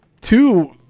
two